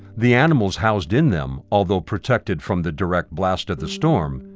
the animals housed in them, although protected from the direct blast of the storm,